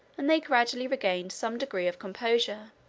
and they gradually regained some degree of composure.